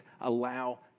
allow